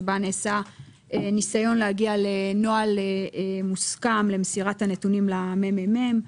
שבה נעשה ניסיון להגיע לנוהל מוסכם למסירת נתונים לממ"מ.